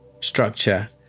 structure